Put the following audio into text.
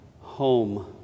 home